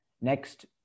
next